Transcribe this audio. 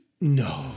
no